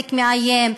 הצדק מאיים,